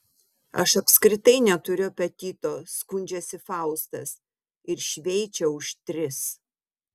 aš apskritai neturiu apetito skundžiasi faustas ir šveičia už tris